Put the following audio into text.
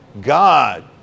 God